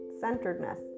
centeredness